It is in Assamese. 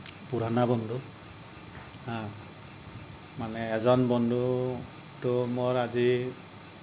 পুৰণা বন্ধু মানে এজন বন্ধুটো মোৰ আজি